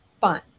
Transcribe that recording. fun